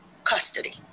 custody